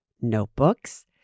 notebooks